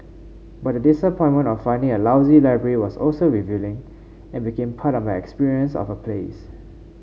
but the disappointment of finding a lousy library was also revealing and became part of my experience of a place